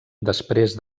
després